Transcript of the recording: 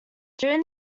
during